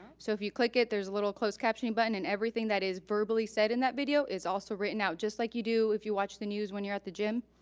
so if you click it, there's a little closed captioning button and everything that is verbally said in that video is also written out. just like you do if you watch the news when you're at the gym.